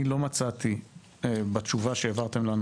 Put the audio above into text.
אני לא מצאתי תשובה בתשובה הכתובה שהעברתם לנו.